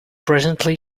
presently